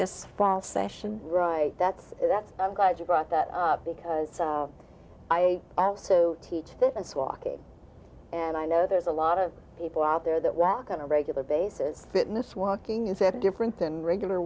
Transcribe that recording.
this fall session right that's that's i'm glad you brought that up because i also teach fitness walking and i know there's a lot of people out there that walk on a regular basis fitness walking is that different than regular